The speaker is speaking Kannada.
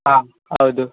ಹಾಂ ಹೌದು